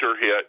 hit